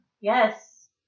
Yes